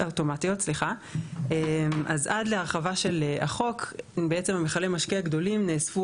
אז עד להרחבה של החוק בעצם מכלי המשקה הגדולים נאספו